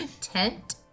Tent